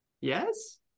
Yes